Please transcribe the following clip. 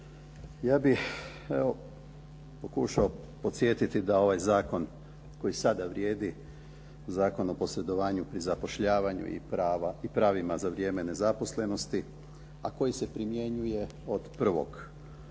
ja bih evo pokušao podsjetiti da ovaj zakon koji sada vrijedi Zakon o posredovanju pri zapošljavanju i pravima za vrijeme nezaposlenosti a koji se primjenjuje od 1.1. ove